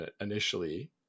initially